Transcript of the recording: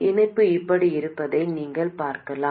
இணைப்பு இப்படி இருப்பதை நீங்கள் பார்க்கலாம்